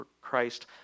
Christ